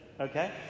Okay